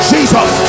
Jesus